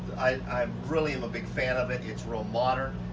i, i really am a big fan of it. it's real modern.